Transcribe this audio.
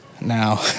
now